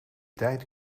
tijd